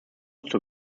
zur